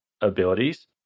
abilities